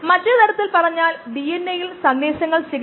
പ്രാരംഭ പ്രവർത്തനക്ഷമമായ കോശങ്ങളുടെ സാന്ദ്രത xv ആയി എടുത്തു